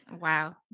Wow